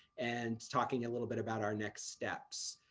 and talking a little bit about our next steps.